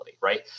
right